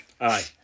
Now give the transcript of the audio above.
aye